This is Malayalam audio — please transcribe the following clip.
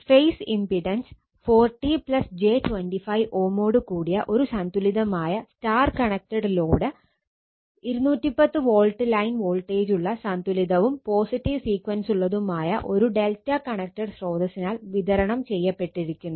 ഫേസ് ഇമ്പിടൻസ് Ω ഓട് കൂടിയ ഒരു സന്തുലിതമായ Y connected load 210 volt line വോൾട്ടേജുള്ള സന്തുലിതവും പോസിറ്റീവ് സീക്വൻസുള്ളതുമായ ഒരു Δ കണക്റ്റഡ് സ്രോതസ്സിനാൽ വിതരണം ചെയ്യപ്പെട്ടിരിക്കുന്നു